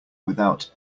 without